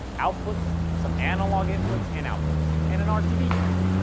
outputs, some analog inputs and outputs, and an rtd card.